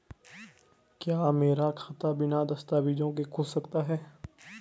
क्या मेरा खाता बिना दस्तावेज़ों के खुल सकता है?